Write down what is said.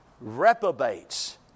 reprobates